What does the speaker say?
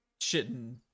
shitting